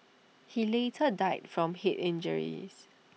he later died from Head injuries